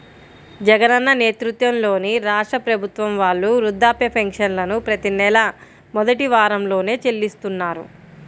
జగనన్న నేతృత్వంలోని రాష్ట్ర ప్రభుత్వం వాళ్ళు వృద్ధాప్య పెన్షన్లను ప్రతి నెలా మొదటి వారంలోనే చెల్లిస్తున్నారు